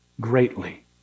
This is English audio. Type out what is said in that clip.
greatly